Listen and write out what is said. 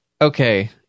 Okay